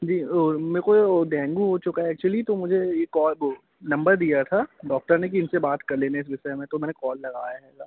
जी और मेरे को डेंगू हो चुका है एक्चुली तो मुझे एक और वो नंबर दिया था डॉक्टर ने कि इनसे बात कर लेना इस विषय में तो मैंने कॉल लगाया हैगा